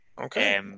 Okay